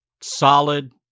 Solid